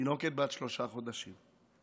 תינוקת בת שלושה חודשים,